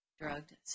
Drugged